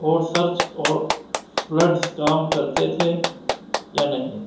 اور سرچ اور فلڈز کام کرتے تھے یا نہیں